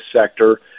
sector